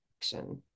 action